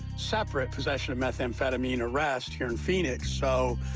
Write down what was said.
separate possession of methamphetamine arrest here in phoenix. so